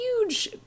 Huge